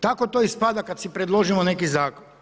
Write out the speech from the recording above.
Tako to ispada kad si predložimo neki zakon.